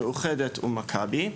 מאוחדת ומכבי.